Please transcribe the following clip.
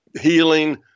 healing